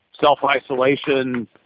self-isolation